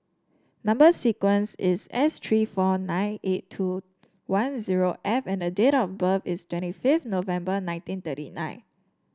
number sequence is S tree four nine eight two one zero F and date of birth is twenty fifth November nineteen thirty nine